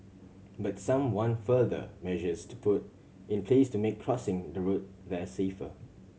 but some want further measures to put in place to make crossing the road there safer